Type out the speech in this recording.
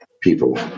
people